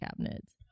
cabinets